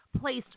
placed